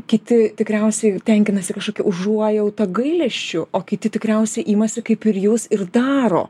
kiti tikriausiai tenkinasi kažkokia užuojauta gailesčiu o kiti tikriausiai imasi kaip ir jūs ir daro